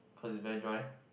cause is very dry